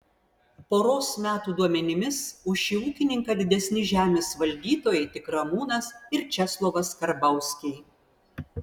poros metų duomenimis už šį ūkininką didesni žemės valdytojai tik ramūnas ir česlovas karbauskiai